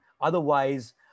otherwise